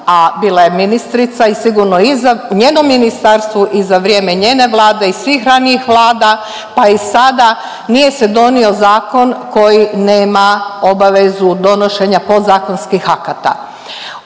i za njeno ministarstvo i za vrijeme njene Vlade i svih ranijih Vlada, pa i sada, nije se donio zakon koji nema obavezu donošenja podzakonskih akata.